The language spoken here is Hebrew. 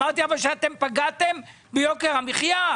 אבל אמרתי שפגעתם ביוקר המחיה,